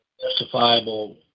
justifiable